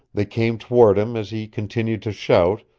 they came toward him as he continued to shout,